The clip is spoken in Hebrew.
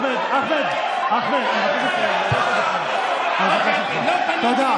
אחמד, אחמד, אחמד, אני מבקש ממך, לא פניתי, תודה.